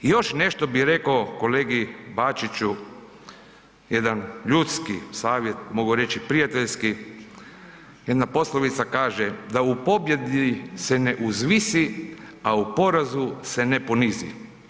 Još nešto bi rekao kolegi Bačiću, jedan ljudski savjet, mogu reći prijateljski, jedna poslovica kaže da u pobjedi se ne uzvisi, a u porazu se ne ponizi.